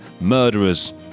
Murderers